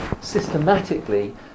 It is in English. systematically